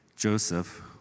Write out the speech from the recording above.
Joseph